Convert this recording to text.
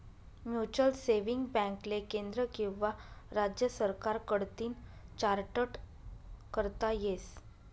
mutual saving बॅकले केंद्र किंवा राज्य सरकार कडतीन चार्टट करता येस